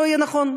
לא יהיה נכון,